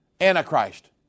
Antichrist